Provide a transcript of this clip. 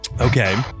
Okay